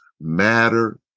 matter